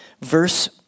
Verse